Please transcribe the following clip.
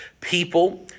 people